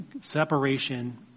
separation